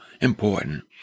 important